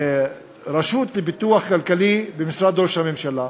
הרשות לפיתוח כלכלי במשרד ראש הממשלה,